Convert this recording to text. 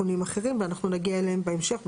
אנחנו יכולים לעבור לפסקה (6).